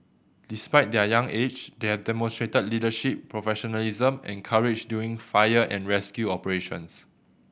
despite their young age they have demonstrated leadership professionalism and courage during fire and rescue operations